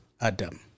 Adam